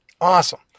Awesome